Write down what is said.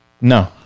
No